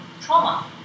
trauma